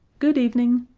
good evening.